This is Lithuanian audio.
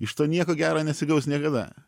iš to nieko gero nesigaus niekada